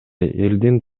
элдин